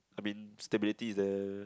I mean stability is there